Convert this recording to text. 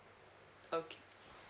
okay